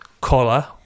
Collar